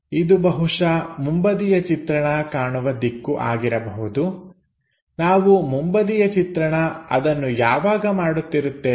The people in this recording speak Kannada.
ಇದು ಬಹುಶಃ ಮುಂಬದಿಯ ಚಿತ್ರಣ ಕಾಣುವ ದಿಕ್ಕು ಆಗಿರಬಹುದು ನಾವು ಮುಂಬದಿಯ ಚಿತ್ರಣ ಅದನ್ನು ಯಾವಾಗ ಮಾಡುತ್ತಿರುತ್ತೇವೆ